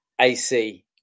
AC